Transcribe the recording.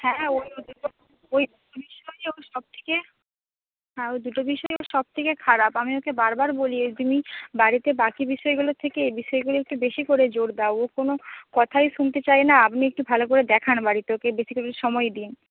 হ্যাঁ হ্যাঁ ওই দুটো বিষয়েই ও সব থেকে খারাপ আমি ওকে বারবার বলি বাড়িতে বাকি বিষয়গুলোর থেকে এ বিষয়গুলো একটু বেশি করে জোর দাও ও কোনো কথাই শুনতে চায় না আপনি একটু ভালো করে দেখান বাড়িতে ওকে বেশি করে সময় দিন